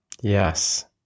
Yes